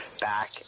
back